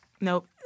Nope